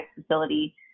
facility